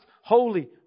holy